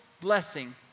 blessing